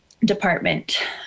Department